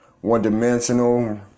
one-dimensional